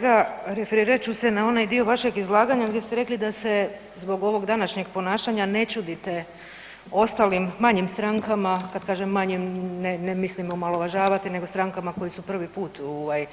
Uvaženi kolega referirat ću se na onaj dio vašeg izlaganja gdje ste rekli da se zbog ovog današnjeg ponašanja ne čudite ostalim manjim strankama, kad kažem manjim ne mislim omalovažavati nego strankama koje su prvi put ovaj